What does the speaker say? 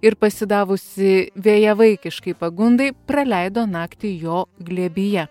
ir pasidavusi vėjavaikiškai pagundai praleido naktį jo glėbyje